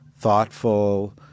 thoughtful